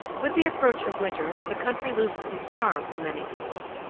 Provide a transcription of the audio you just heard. with the approach of winter the country loses its charm for many people.